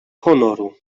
honoru